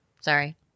Sorry